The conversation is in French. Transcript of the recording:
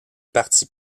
parti